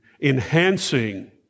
enhancing